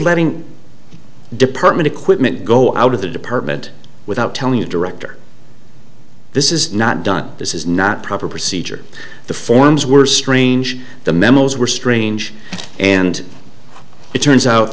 letting department equipment go out of the department without telling a director this is not done this is not proper procedure the forms were strange the memos were strange and it turns out